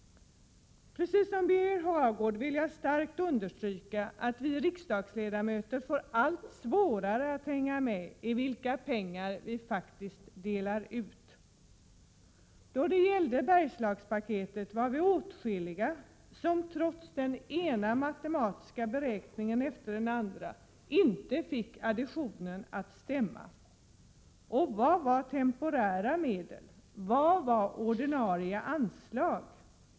Liksom Birger Hagård vill jag starkt understryka att vi riksdagsledamöter får allt svårare att hänga med och veta vilka pengar vi faktiskt delar ut. Då det gällde Bergslagspaketet var vi åtskilliga, som trots den ena matematiska beräkningen efter den andra inte fick additionen att stämma. Vad var temporära medel? Vad var ordinarie anslag?